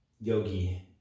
yogi